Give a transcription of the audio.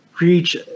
reach